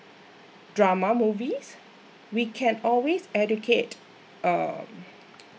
drama movies we can always educate um